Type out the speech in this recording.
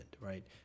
right